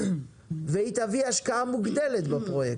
והיא תביא השקעה מוגדלת בפרויקט.